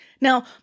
Now